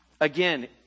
Again